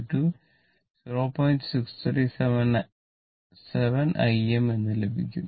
637 Im എന്ന് ലഭിക്കും